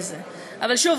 אבל שוב,